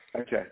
okay